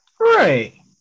Right